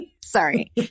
Sorry